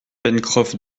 pencroff